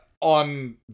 on